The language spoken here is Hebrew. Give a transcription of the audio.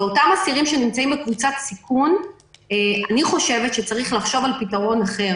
אני חושבת שצריך לחשוב על פתרון אחר